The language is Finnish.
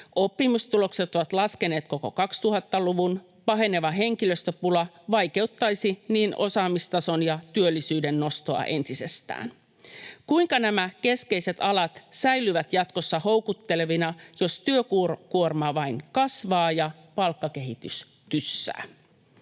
Oppimistulokset ovat laskeneet koko 2000-luvun. Paheneva henkilöstöpula vaikeuttaisi niin osaamistason kuin työllisyyden nostoa entisestään. Kuinka nämä keskeiset alat säilyvät jatkossa houkuttelevina, jos työkuorma vain kasvaa ja palkkakehitys tyssää?